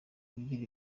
ugira